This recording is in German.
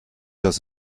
dass